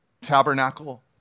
tabernacle